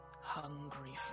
Hungry